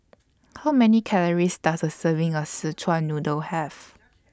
How Many Calories Does A Serving of Szechuan Noodle Have